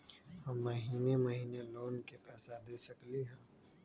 हम महिने महिने लोन के पैसा दे सकली ह?